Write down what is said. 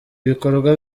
ibikorwa